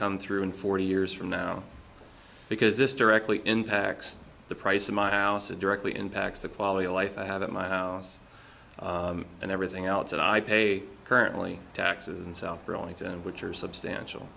come through in forty years from now because this directly impacts the price of my house it directly impacts the quality of life i have in my house and everything else that i pay currently taxes and self reliant and which are substantial